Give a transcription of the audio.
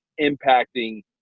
impacting